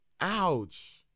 Ouch